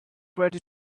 credit